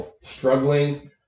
struggling